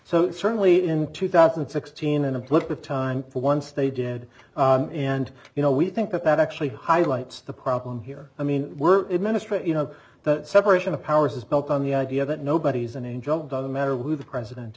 that certainly in two thousand and sixteen and a blip of time for once they did and you know we think that that actually highlights the problem here i mean we're administrate you know that separation of powers is built on the idea that nobody's an in joke doesn't matter who the president